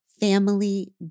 family